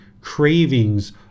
cravings